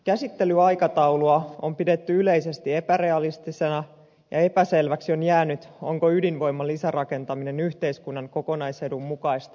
käsittelyaikataulua on pidetty yleisesti epärealistisena ja epäselväksi on jäänyt onko ydinvoiman lisärakentaminen yhteiskunnan kokonaisedun mukaista vai ei